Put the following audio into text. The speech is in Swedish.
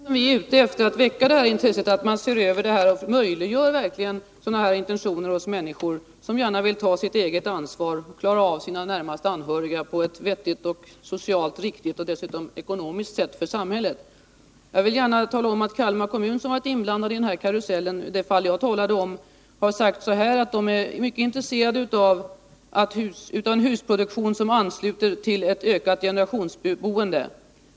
Fru talman! Vi är ute efter att väcka intresse för denna fråga och göra det möjligt för människor att fullfölja sina intentioner att ta ansvaret för sina anhöriga på ett vettigt, socialt riktigt och för samhället ekonomiskt fördelaktigt sätt. Kalmar kommun, som har varit inblandad i karusellen i det fall som jag talade om, är mycket intresserad av en husproduktion som ansluter till ett ökat generationsboende.